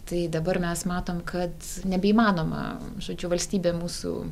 tai dabar mes matom kad nebeįmanoma žodžiu valstybė mūsų